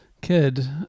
kid